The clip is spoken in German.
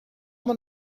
man